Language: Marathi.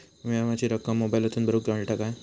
विमाची रक्कम मोबाईलातसून भरुक मेळता काय?